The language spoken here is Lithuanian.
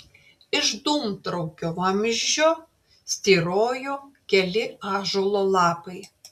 iš dūmtraukio vamzdžio styrojo keli ąžuolo lapai